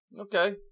okay